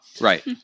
Right